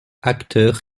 acteurs